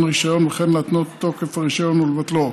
רישיון וכן להתנות את תוקף הרישיון או לבטלו.